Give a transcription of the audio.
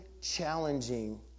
challenging